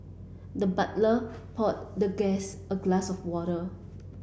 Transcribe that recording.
the butler poured the guest a glass of water